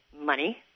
money